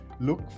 look